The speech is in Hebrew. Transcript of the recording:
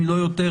אם לא יותר,